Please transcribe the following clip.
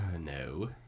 No